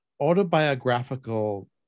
autobiographical